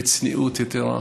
בצניעות יתרה,